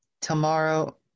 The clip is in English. tomorrow